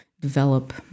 develop